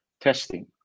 testing